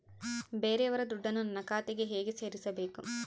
ಬೇರೆಯವರ ದುಡ್ಡನ್ನು ನನ್ನ ಖಾತೆಗೆ ಹೇಗೆ ಸೇರಿಸಬೇಕು?